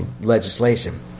legislation